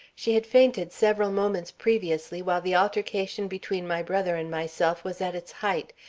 she had fainted several moments previously, while the altercation between my brother and myself was at its height.